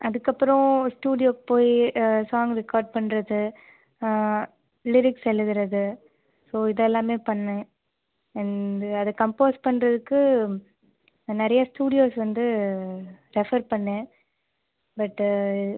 அதுக்கப்புறம் ஸ்டூடியோவுக்கு போய் சாங் ரெக்கார்ட் பண்ணுறது லிரிக்ஸ் எழுதுகிறது ஸோ இது எல்லாமே பண்ணேன் அண்டு அதை கம்போஸ் பண்ணுறதுக்கு நிறைய ஸ்டூடியோஸ் வந்து ரெஃபர் பண்ணேன் பட்டு